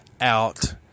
out